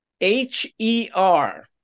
H-E-R